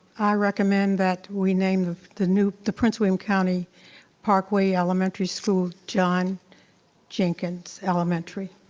i recommend that we name the new, the prince william county parkway elementary school, john jenkins elementary.